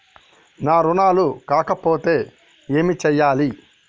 నా రుణాలు కాకపోతే ఏమి చేయాలి?